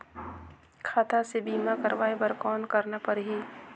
खाता से बीमा करवाय बर कौन करना परही?